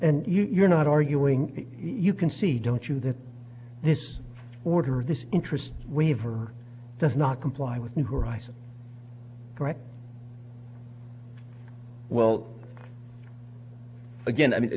and you're not arguing you can see don't you that this order or this interest waiver does not comply with new horizons correct well again i mean